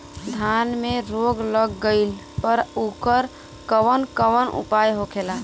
धान में रोग लग गईला पर उकर कवन कवन उपाय होखेला?